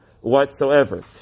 whatsoever